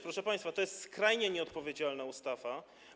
Proszę państwa, to jest skrajnie nieodpowiedzialna ustawa.